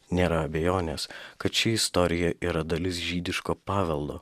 nėra abejonės kad ši istorija yra dalis žydiško paveldo